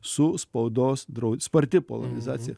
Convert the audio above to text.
su spaudos drau sparti polonizacija